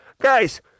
Guys